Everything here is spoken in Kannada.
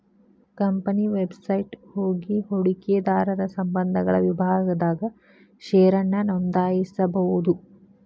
ಕಂಪನಿ ವೆಬ್ಸೈಟ್ ಹೋಗಿ ಹೂಡಕಿದಾರರ ಸಂಬಂಧಗಳ ವಿಭಾಗದಾಗ ಷೇರನ್ನ ನೋಂದಾಯಿಸಬೋದು